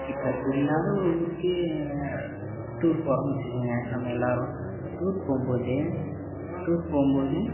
இப்போ தெரியாத ஒரு ஊருக்கு டூர் போகறோனு வச்சுங்கோங்க நம்ம எல்லாரும் டூர் போகும்போது டூர் போகும்போது